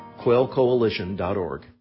quailcoalition.org